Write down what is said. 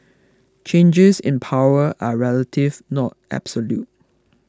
changes in power are relative not absolute